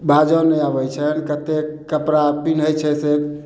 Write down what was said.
बाजऽ नहि अबैत छनि कतेक कपड़ा पिन्हय छै से